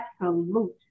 absolute